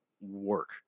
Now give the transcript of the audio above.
work